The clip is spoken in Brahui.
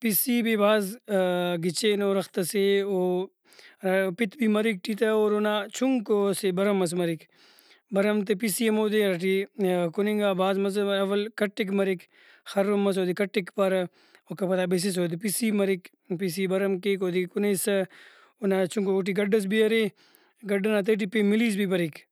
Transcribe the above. پِسی بھی بھاز گچینو رخت سے او پِت بھی مریک ٹی تہ اور اونا چُنکو اسہ بھرم ئس مریک بھرم تہ پِسی ہمودے ہراٹی کُننگا مزہ اول کھٹک مریک خرُن مس اودے کھٹک پارہ اوکا بسس اودے پِسی مریک پِسی بھرم کیک اودے کُنیسہ اونا چُنکو اوٹی گڈس بھی ارے گڈ ئنا تہٹی پین مِلیس بھی بریک۔